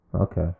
Okay